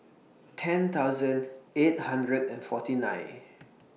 ten thousand eight hundred and forty nine